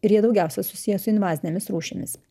ir jie daugiausia susiję su invazinėmis rūšimis